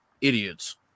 idiots